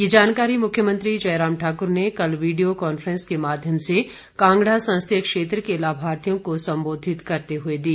ये जानकारी मुख्यमंत्री जयराम ठाक्र ने कल वीडियो कॉन्फ्रेंस के माध्यम से कांगड़ा संसदीय क्षेत्र के लाभार्थियों को सम्बोधित करते हुए दी